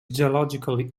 geologically